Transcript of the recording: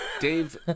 Dave